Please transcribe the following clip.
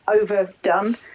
overdone